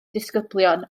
disgyblion